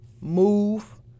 move